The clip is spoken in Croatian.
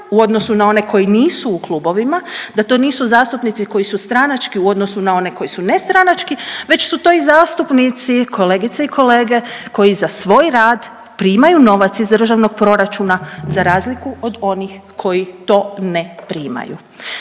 u odnose na one koji nisu u klubovima, da to nisu zastupnici koji su stranački u odnosu na one koji su nestranački, već su to i zastupnici, kolegice i kolege koji za svoj rad primaju novac iz državnog proračuna za razliku od onih koji to ne primaju.